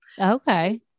okay